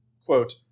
quote